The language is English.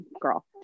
girl